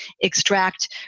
extract